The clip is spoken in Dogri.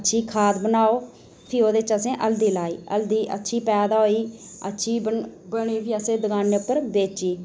ते अच्छी खाद बनाओ फ्ही असें ओह्दे च हल्दी लाई हल्दी अच्छी पैदा होई अच्छी बनी ते फिर असें दकानै पर बेची